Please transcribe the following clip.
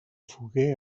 foguer